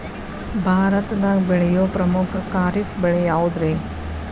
ಭಾರತದಾಗ ಬೆಳೆಯೋ ಪ್ರಮುಖ ಖಾರಿಫ್ ಬೆಳೆ ಯಾವುದ್ರೇ?